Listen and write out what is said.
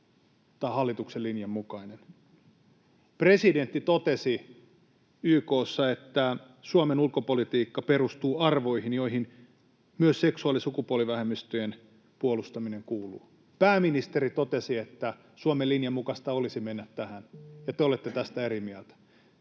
on hallituksen linjan mukainen. Presidentti totesi YK:ssa, että Suomen ulkopolitiikka perustuu arvoihin, joihin myös seksuaali- ja sukupuolivähemmistöjen puolustaminen kuuluu. Pääministeri totesi, että Suomen linjan mukaista olisi mennä tähän, ja te olette tästä eri mieltä.